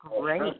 great